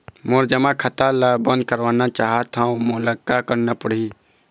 मोर जमा खाता ला बंद करवाना चाहत हव मोला का करना पड़ही?